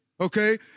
okay